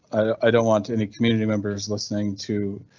i don't want any community members listening to.